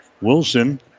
Wilson